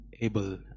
able